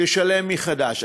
תשלם מחדש.